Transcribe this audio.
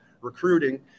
recruiting